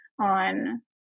on